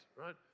right